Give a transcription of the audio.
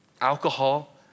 Alcohol